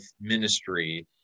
ministry